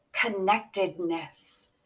connectedness